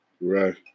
Right